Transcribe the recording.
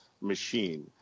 machine